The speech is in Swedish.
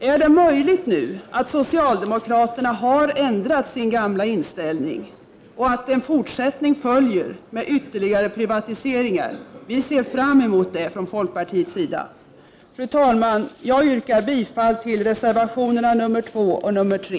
Är det möjligt att socialdemokraterna nu har ändrat sin gamla inställning och att en fortsättning följer med ytterligare privatiseringar? Vi ser fram emot det från folkpartiets sida. Fru talman! Jag yrkar bifall till reservationerna 2 och 3.